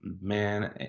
Man